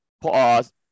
pause